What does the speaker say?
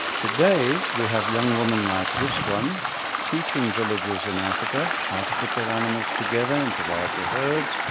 today, we have young women like this one teaching villages in africa how to put their animals together into larger herds,